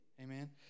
amen